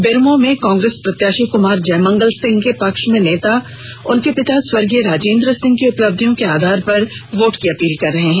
बेरमो में कांग्रेस प्रत्याशी कुमार जयमंगल सिंह के पक्ष में नेता उनके पिता स्वर्गीय राजेंद्र सिंह की उपलब्धियों के आधार पर वोट की अपील कर रहे हैं